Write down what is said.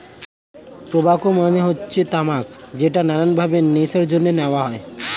tobacco মানে হচ্ছে তামাক যেটা নানান ভাবে নেশার জন্য নেওয়া হয়